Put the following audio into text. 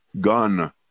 gun